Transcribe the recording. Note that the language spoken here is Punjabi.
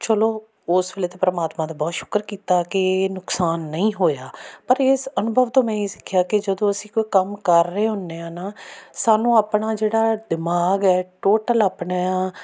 ਚਲੋ ਉਸ ਵੇਲੇ ਤਾਂ ਪਰਮਾਤਮਾ ਦਾ ਬਹੁਤ ਸ਼ੁਕਰ ਕੀਤਾ ਕਿ ਨੁਕਸਾਨ ਨਹੀਂ ਹੋਇਆ ਪਰ ਇਸ ਅਨੁਭਵ ਤੋਂ ਮੈਂ ਇਹ ਸਿੱਖਿਆ ਕਿ ਜਦੋਂ ਅਸੀਂ ਕੋਈ ਕੰਮ ਕਰ ਰਹੇ ਹੁੰਦੇ ਹਾਂ ਨਾ ਸਾਨੂੰ ਆਪਣਾ ਜਿਹੜਾ ਦਿਮਾਗ ਹੈ ਟੋਟਲ ਆਪਣਾ